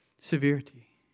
severity